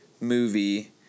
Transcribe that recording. movie—